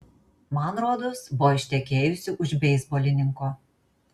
man rodos buvo ištekėjusi už beisbolininko